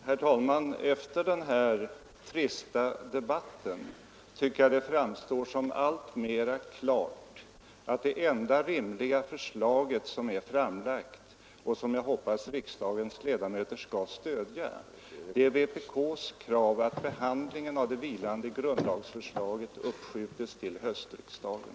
Herr talman! Efter den här trista debatten tycker jag att det framstår som alltmera klart, att det enda rimliga förslag som är framlagt och som jag hoppas riksdagens ledamöter skall stödja är vpk:s förslag, att behandlingen av det vilande grundlagsförslaget uppskjutes till höstriksdagen.